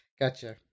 Gotcha